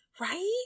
Right